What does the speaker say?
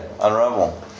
Unravel